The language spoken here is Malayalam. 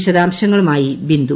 വിശദാംശങ്ങളുമായി ബിന്ദു